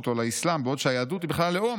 או על האסלאם בעוד שהיהדות היא בכלל לאום"